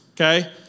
Okay